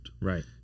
Right